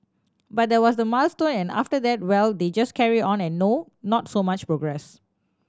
but that was the milestone and after that well they just carry on and no not so much progress